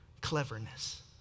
cleverness